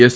S